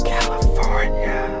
California